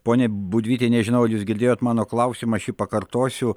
pone budvyti nežinau ar jūs girdėjot mano klausimą aš jį pakartosiu